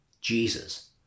Jesus